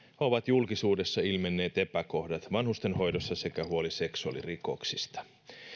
ovat julkisuudessa ilmenneet epäkohdat vanhustenhoidossa sekä huoli seksuaalirikoksista